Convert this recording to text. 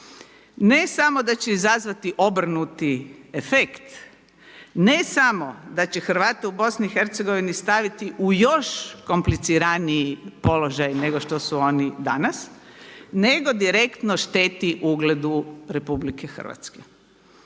ne samo da će izazvati obrnuti efekt, ne samo da će Hrvate u BiH staviti u još kompliciraniji položaj nego što su oni danas, nego direktno šteti ugledu RH. Dakle,